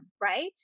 right